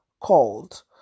called